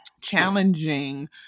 challenging